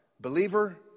believer